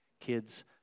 kids